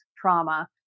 trauma